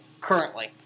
currently